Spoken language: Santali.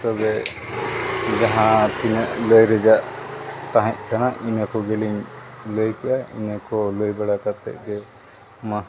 ᱛᱚᱵᱮ ᱡᱟᱦᱟᱸ ᱛᱤᱱᱟᱹᱜ ᱞᱟᱹᱭ ᱨᱮᱭᱟᱜ ᱛᱟᱦᱮᱸᱜ ᱠᱟᱱᱟ ᱤᱱᱟᱹ ᱠᱚᱜᱮ ᱞᱤᱧ ᱞᱟᱹᱭ ᱠᱮᱜᱼᱟ ᱤᱱᱟᱹ ᱠᱚ ᱞᱟᱹᱭ ᱵᱟᱲᱟ ᱠᱟᱛᱮ ᱜᱮ ᱢᱟ